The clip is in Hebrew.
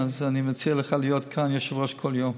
אני מציע לך להיות כאן יושב-ראש כל יום.